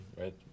right